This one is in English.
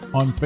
on